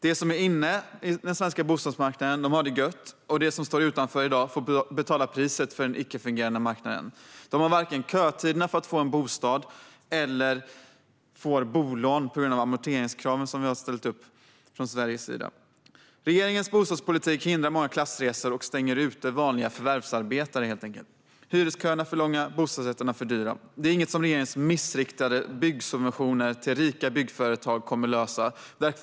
De som är inne i den svenska bostadsmarknaden har det "gött", och de som i dag står utanför får betala priset för den icke-fungerade marknaden. De har inte tillräckligt lång kötid för att få en bostad och får heller inte bolån på grund av de amorteringskrav som vi i Sverige fastställt. Regeringens bostadspolitik hindrar många klassresor och stänger helt enkelt ute många förvärvsarbetare. Hyresköerna är för långa, och bostadsrätterna för dyra. Det är inget som regeringens missriktade byggsubventioner till rika byggföretagare kommer att lösa.